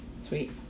Sweet